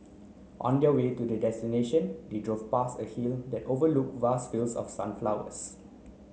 on the way to their destination they drove past a hill that overlook vast fields of sunflowers